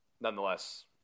nonetheless